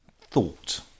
thought